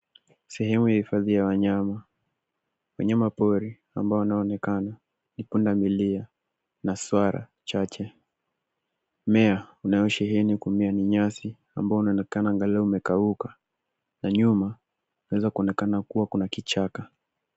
Sehemu ya hifadhi ya wanyama .Wanyama pori wanao onekana ni punda milia na swara chache. Mmea unao sheheni kumea ni nyasi ,ambao unaonekana angalau umekauka ,na nyuma kunaweza kuonekana kuwa Kuna kichaka .